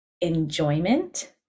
enjoyment